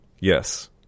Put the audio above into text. Yes